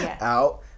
out